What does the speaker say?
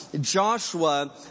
Joshua